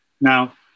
Now